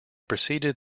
preceded